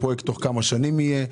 הפרויקט תוך כמה שנים יהיה,